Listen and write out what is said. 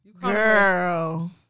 Girl